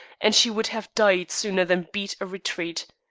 and she would have died sooner than beat a retreat.